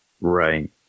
Right